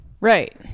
Right